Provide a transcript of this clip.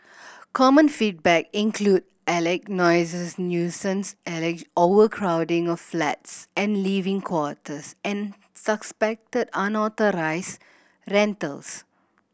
common feedback included alleged noises nuisance alleged overcrowding of flats and living quarters and suspected unauthorised rentals